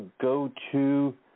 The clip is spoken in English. go-to